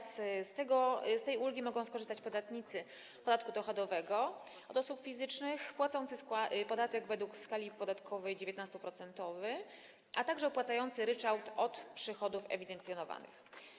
Z tej ulgi mogą skorzystać podatnicy podatku dochodowego od osób fizycznych płacący podatek według skali podatkowej 19-procentowy, a także opłacający ryczałt od przychodów ewidencjonowanych.